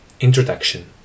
Introduction